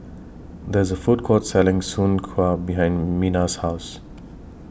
There IS A Food Court Selling Soon Kuih behind Minna's House